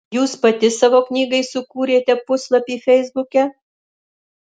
jūs pati savo knygai sukūrėte puslapį feisbuke